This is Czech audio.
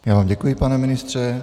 Já vám děkuji, pane ministře.